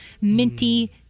minty